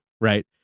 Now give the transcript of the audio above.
right